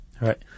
Right